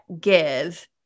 give